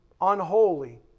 unholy